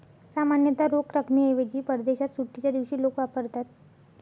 सामान्यतः रोख रकमेऐवजी परदेशात सुट्टीच्या दिवशी लोक वापरतात